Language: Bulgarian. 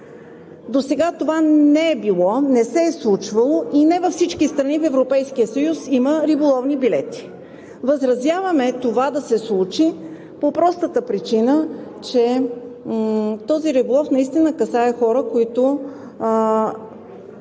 Досега това не е било, не се е случвало и не във всички страни в Европейския съюз има риболовни билети. Възразяваме това да се случи по простата причина, че този риболов наистина касае хора, които